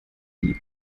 die